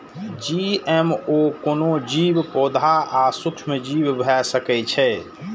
GMO कोनो जीव, पौधा आ सूक्ष्मजीव भए सकै छै